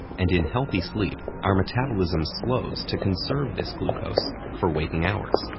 and in healthy sleep, our metabolism slows to conserve this glucose for waking hours.